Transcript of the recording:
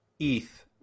ETH